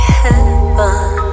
heaven